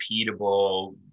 repeatable